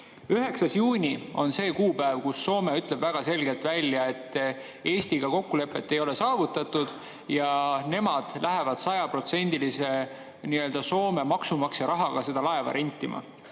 9. juuni on see kuupäev, kui Soome ütleb väga selgelt välja, et Eestiga kokkulepet ei ole saavutatud ja nemad lähevad sajaprotsendilise Soome maksumaksja rahaga seda laeva rentima.